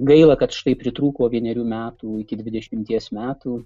gaila kad štai pritrūko vienerių metų iki dvidešimties metų